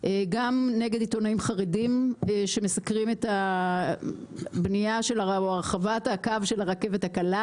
גם נגד עיתונאים חרדים שמסקרים את הבנייה או רחבת הקו של הרכבת הקלה,